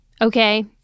okay